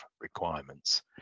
requirements